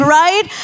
right